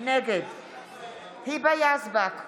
נגד היבה יזבק,